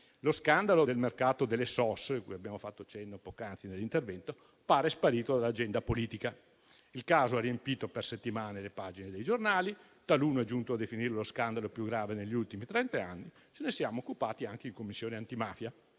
operazione sospetta (SOS), cui abbiamo fatto cenno poc'anzi nell'intervento, pare sparito dall'agenda politica. Il caso ha riempito per settimane le pagine dei giornali; taluno è giunto a definirlo lo scandalo più grave negli ultimi trent'anni e ce ne siamo occupati anche in Commissione antimafia.